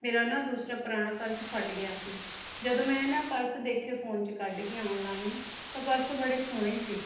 ਮੇਰਾ ਨਾ ਦੂਸਰਾ ਪੁਰਾਣਾ ਪਰਸ ਫਟ ਗਿਆ ਸੀ ਜਦੋਂ ਮੈਂ ਨਾ ਪਰਸ ਦੇਖੇ ਫੋਨ ਵਿੱਚ ਕੱਢ ਕੇ ਔਨਲਾਈਨ ਤਾਂ ਪਰਸ ਬੜੇ ਸੋਹਣੇ ਸੀ